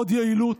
עוד יעילות,